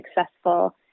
successful